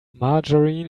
margarine